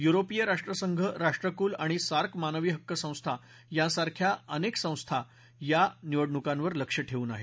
European राष्ट्रसंघ राष्ट्रकुल आणि सार्क मानवी हक्क संस्था यासारख्या अनेक संस्था या निवडणुकांवर लक्ष ठेऊन आहेत